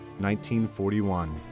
1941